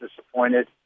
disappointed